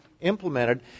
implemented